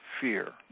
fear